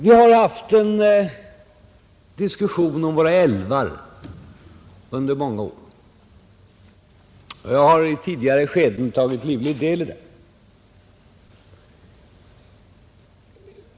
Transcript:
Vi har haft en diskussion om våra älvar under många år, och jag har i tidigare skeden tagit livlig del i den.